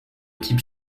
type